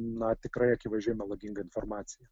na tikrai akivaizdžiai melagingą informaciją